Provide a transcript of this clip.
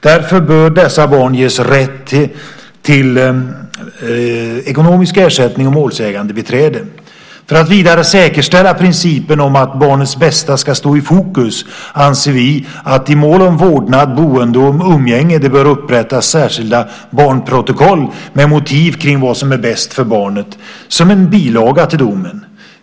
Därför bör dessa barn ges rätt till ekonomisk ersättning och målsägandebiträde. För att vidare säkerställa principen att barnets bästa ska stå i fokus anser vi att i mål om vårdnad, boende och umgänge det bör upprättas särskilda barnprotokoll med motiv kring vad som är bäst för barnet, som en bilaga till domen.